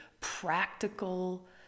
practical